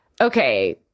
okay